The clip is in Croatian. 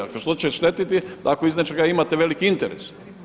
A što će štetiti ako iz nečega imate veliki interes?